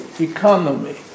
economy